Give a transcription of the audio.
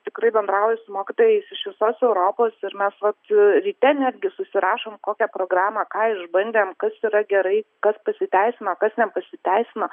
tikrai bendrauju su mokytojais iš visos europos ir mes vat ryte netgi susirašom kokią programą ką išbandėm kas yra gerai kas pasiteisino kas nepasiteisino